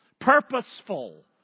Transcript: Purposeful